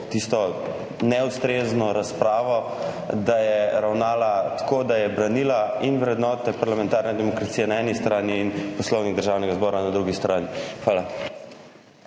tisto neustrezno razpravo, ravnala tako, da je branila in vrednote parlamentarne demokracije na eni strani in Poslovnik Državnega zbora na drugi strani. Hvala.